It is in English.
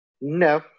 No